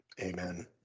Amen